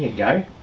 go.